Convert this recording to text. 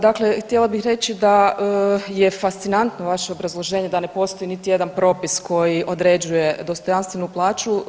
Dakle, htjela bih reći da je fascinantno vaše obrazloženje da ne postoji niti jedan propis koji određuje dostojanstvenu plaću.